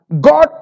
God